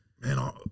Man